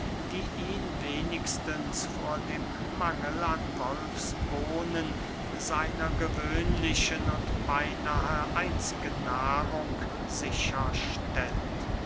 die ihn wenigstens vor dem mangel an wolfsbohnen seiner gewöhnlichen und beynahe einzigen nahrung sicher stellt